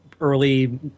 early